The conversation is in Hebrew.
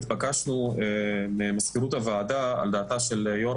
התבקשנו ממזכירות הוועדה על דעתה של יושבת